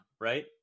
right